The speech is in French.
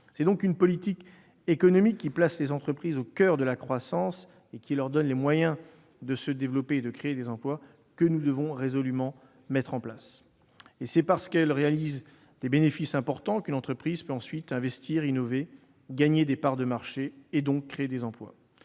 C'est une politique économique qui place les entreprises au coeur de la croissance et qui leur donne les moyens de se développer et de créer des emplois que nous devons résolument mettre en place. C'est parce qu'elle réalise des bénéfices importants qu'une entreprise peut investir, innover, gagner des parts de marché et donc créer des emplois.